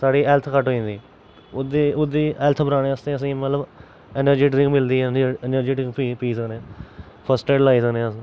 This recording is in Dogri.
साढ़ी हैल्थ घट्ट होई जंदी ओह्दे ओह्दी हैल्थ बधाने आस्तै असें मतलब अनर्जी ड्रिंक मिलदी ऐ अनर्जी ड्रिंक पी पी सकने आं फस्ट ऐड लाई सकने आं अस